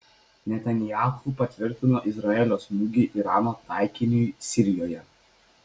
netanyahu patvirtino izraelio smūgį irano taikiniui sirijoje